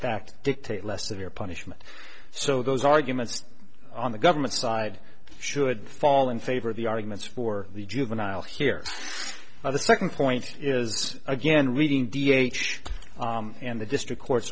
fact dictate less of your punishment so those arguments on the government side should fall in favor of the arguments for the juvenile here by the second point is again reading d h and the district court